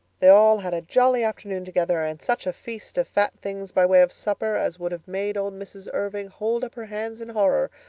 they all had a jolly afternoon together and such a feast of fat things by way of supper as would have made old mrs. irving hold up her hands in horror,